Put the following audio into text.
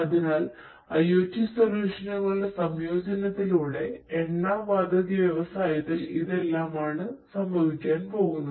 അതിനാൽ IOT സൊല്യൂഷനുകളുടെ സംയോജനത്തിലൂടെ എണ്ണ വാതക വ്യവസായത്തിൽ ഇതെല്ലാമാണ് സംഭവിക്കാൻപോകുന്നത്